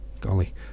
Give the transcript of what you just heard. golly